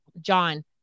John